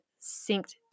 synced